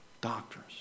Doctors